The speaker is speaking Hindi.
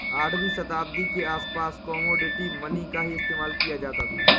आठवीं शताब्दी के आसपास कोमोडिटी मनी का ही इस्तेमाल किया जाता था